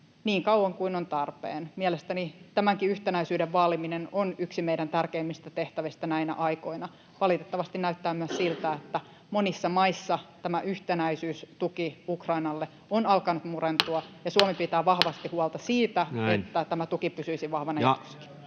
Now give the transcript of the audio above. niin kauan kuin on tarpeen. Mielestäni tämänkin yhtenäisyyden vaaliminen on yksi meidän tärkeimmistä tehtävistä näinä aikoina. Valitettavasti näyttää myös siltä, että monissa maissa tämä yhtenäisyys, tuki Ukrainalle, on alkanut murentua, ja Suomi pitää vahvasti huolta siitä, että tämä tuki pysyisi vahvana.